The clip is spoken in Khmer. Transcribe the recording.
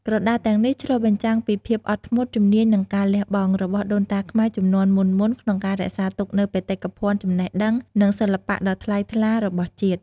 ក្រដាសទាំងនេះឆ្លុះបញ្ចាំងពី ភាពអត់ធ្មត់ ជំនាញ និងការលះបង់ របស់ដូនតាខ្មែរជំនាន់មុនៗក្នុងការរក្សាទុកនូវបេតិកភណ្ឌចំណេះដឹង និងសិល្បៈដ៏ថ្លៃថ្លារបស់ជាតិ។